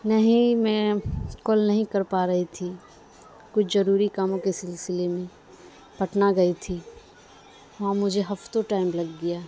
نہیں میں کل نہیں کر پا رہی تھی کچھ ضروری کاموں کے سلسلے میں پٹنہ گئی تھی وہاں مجھے ہفتوں ٹائم لگ گیا